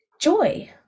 joy